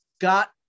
got